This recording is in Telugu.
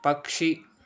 పక్షి